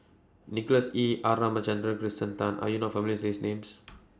Nicholas Ee R Ramachandran Kirsten Tan Are YOU not familiar with These Names